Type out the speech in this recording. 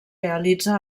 realitza